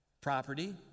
property